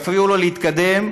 יפריעו לו להתקדם.